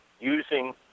using